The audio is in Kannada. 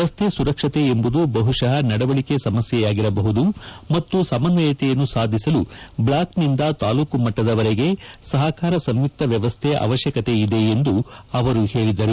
ರಸ್ತೆ ಸುರಕ್ಷತೆ ಎಂಬುದು ಬಹುಶಃ ನಡವಳಿಕೆ ಸಮಸ್ಯೆಯಾಗಿರಬಹುದು ಮತ್ತು ಸಮನ್ವಯತೆಯನ್ನು ಸಾಧಿಸಲು ಬ್ಲಾಕ್ನಿಂದ ತಾಲೂಕುಮಟ್ಟದವರೆಗೆ ಸಹಕಾರ ಸಂಯುಕ್ತ ವ್ಯವಸ್ಥೆ ಅವಶ್ಯಕತೆಯಿದೆ ಎಂದು ಅವರು ಹೇಳಿದರು